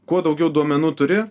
kuo daugiau duomenų turi